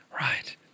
Right